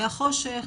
מהחושך,